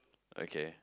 okay